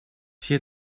she